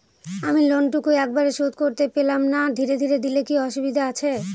আমি লোনটুকু একবারে শোধ করতে পেলাম না ধীরে ধীরে দিলে কি অসুবিধে আছে?